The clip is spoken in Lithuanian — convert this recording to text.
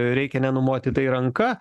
reikia nenumoti tai ranka